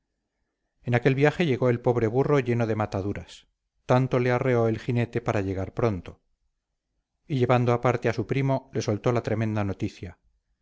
en aquel viaje llegó el pobre burro lleno de mataduras tanto le arreó el jinete para llegar pronto y llevando aparte a su primo le soltó la tremenda noticia